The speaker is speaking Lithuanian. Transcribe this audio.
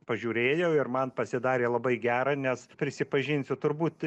pažiūrėjau ir man pasidarė labai gera nes prisipažinsiu turbūt